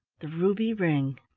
the ruby ring.